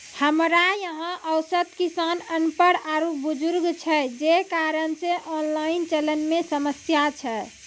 हमरा यहाँ औसत किसान अनपढ़ आरु बुजुर्ग छै जे कारण से ऑनलाइन चलन मे समस्या छै?